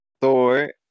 Thor